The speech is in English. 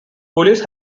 police